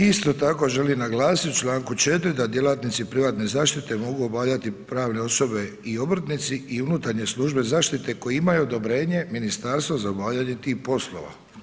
Isto tako želim naglasiti u Članku 4. da djelatnici privatne zaštite mogu obavljati pravne osobe i obrtnici i unutarnje službe zaštite koji imaju odobrenje ministarstva za obavljanje tih poslova.